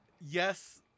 yes